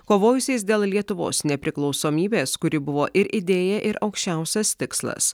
kovojusiais dėl lietuvos nepriklausomybės kuri buvo ir idėja ir aukščiausias tikslas